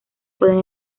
pueden